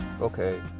okay